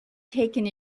taken